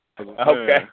Okay